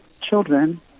children